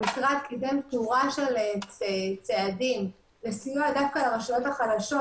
המשרד קידם שורה של צעדים לסיוע דווקא לרשויות החלשות,